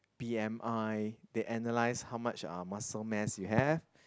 b_m_i they analyse how much uh muscle mass you have